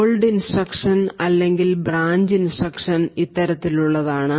called instruction അല്ലെങ്കിൽ branch instruction ഇത്തരത്തിലുള്ളതാണ്